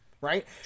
right